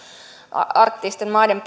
arktisten maiden